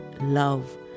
love